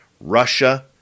Russia